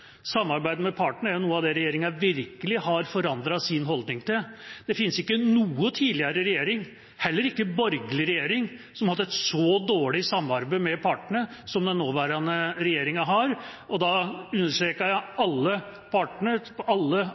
Samarbeidet med partene er noe av det regjeringa virkelig har forandret sin holdning til. Det fins ikke noen tidligere regjering, heller ikke borgerlig regjering, som har hatt et så dårlig samarbeid med partene som den nåværende regjeringa har, og da understreker jeg alle partene, alle arbeidsgiverorganisasjonene, alle